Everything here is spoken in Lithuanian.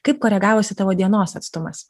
kaip koregavosi tavo dienos atstumas